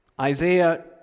Isaiah